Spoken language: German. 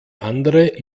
andere